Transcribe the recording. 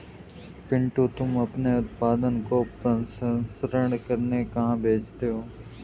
पिंटू तुम अपने उत्पादन को प्रसंस्करण करने कहां भेजते हो?